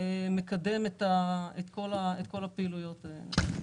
מקדם את כל הפעילויות האלה.